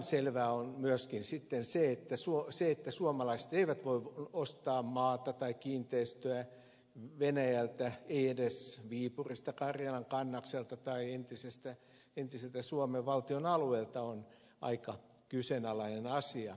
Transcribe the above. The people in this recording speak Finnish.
selvää on myöskin se että se että suomalaiset eivät voi ostaa maata tai kiinteistöä venäjältä eivät edes viipurista karjalan kannakselta tai muualta entiseltä suomen alueelta on aika kyseenalainen asia